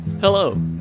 Hello